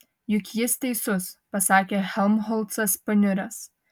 juk jis teisus pasakė helmholcas paniuręs